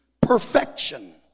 perfection